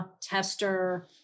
tester